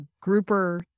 grouper